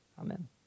Amen